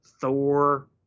Thor